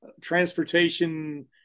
transportation